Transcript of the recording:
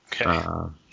Okay